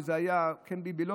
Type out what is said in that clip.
שזה היה כן ביבי,